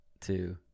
two